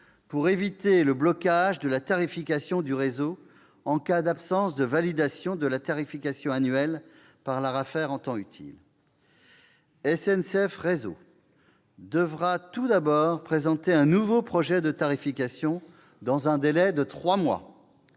pour éviter le blocage de la tarification du réseau en cas d'absence de validation de la tarification annuelle par l'ARAFER en temps utile. SNCF Réseau devra tout d'abord présenter un nouveau projet de tarification dans un délai de trois mois,